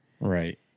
Right